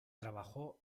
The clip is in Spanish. trabajó